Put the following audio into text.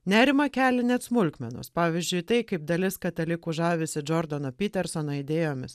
nerimą kelia net smulkmenos pavyzdžiui tai kaip dalis katalikų žavisi džordano pitersono idėjomis